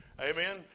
Amen